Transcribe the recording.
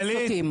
אפשר?